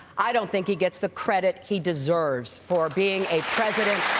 i don't think he gets the credit he deserves for being a president.